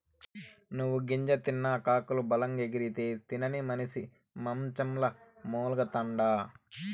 నువ్వు గింజ తిన్న కాకులు బలంగెగిరితే, తినని మనిసి మంచంల మూల్గతండా